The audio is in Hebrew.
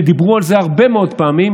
דיברו על זה הרבה מאוד פעמים,